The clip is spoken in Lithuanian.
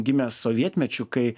gimęs sovietmečiu kai